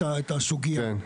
את הסוגיה.